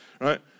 right